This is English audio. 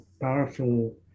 powerful